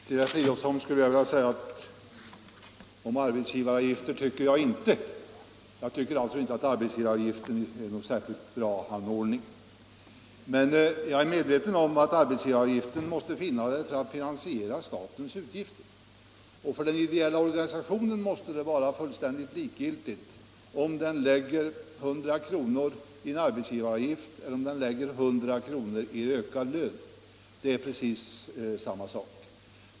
Herr talman! Till herr Fridolfsson skulle jag vilja säga att om arbetsgivaravgifter tycker jag inte. Jag tycker alltså inte att arbetsgivaravgiften är en särskilt bra anordning. Men jag är medveten om att arbetsgivaravgiften måste finnas för att finansiera statens utgifter. För den ideella organisationen måste det vara fullständigt likgiltigt om den lägger 100 kr. i arbetsgivaravgift eller om den lägger 100 kr. i ökad lön. Det är precis samma sak.